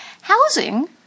housing